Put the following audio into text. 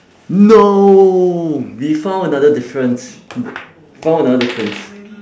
no we found another difference found another difference